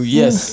yes